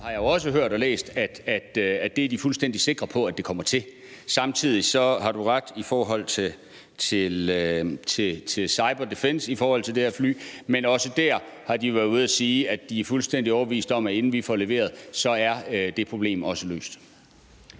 jeg jo også hørt og læst, at det er de fuldstændig sikre på at det kommer til. Samtidig har du jo ret i det med cyberdefense i forhold til det her fly. Men også der har de været ude at sige, at de er fuldstændig overbevist om, at inden vi får leveret, er det problem også løst.